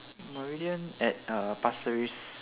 meridian at pasir-ris